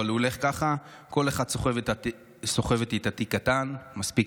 אבל הוא הולך ככה: "כל אחת סוחבת איתה תיק קטן / מספיק